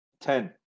ten